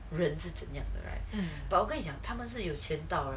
人是怎样的 right but 我跟你讲他们是有钱到 right